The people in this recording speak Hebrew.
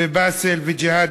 ובאסל וג'יהאד,